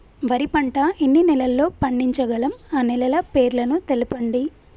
వరి పంట ఎన్ని నెలల్లో పండించగలం ఆ నెలల పేర్లను తెలుపండి?